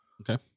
Okay